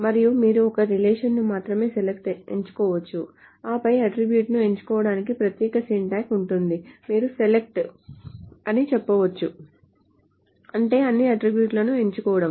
మరియు మీరు ఒక రిలేషన్ ను మాత్రమే SELECT ఎంచుకోవచ్చు ఆపై అట్ట్రిబ్యూట్ ను ఎంచుకోవడానికి ప్రత్యేక సింటాక్స్ ఉంటుంది మీరు SELECT అని చెప్పవచ్చు అంటే అన్ని అట్ట్రిబ్యూట్ లను ఎంచుకోవడం